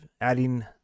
adding